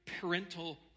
parental